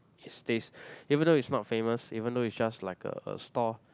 it's taste even though it's not famous even though it's just like a a store